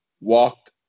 walked